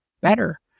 better